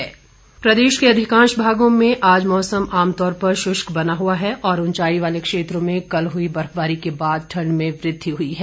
मौसम प्रदेश के अधिकांश भागों में आज मौसम आमतौर पर शुष्क बना हुआ है और उंचाई वाले क्षेत्रों कल हुई बर्फबारी के बाद ठंड में वृद्धि हुई है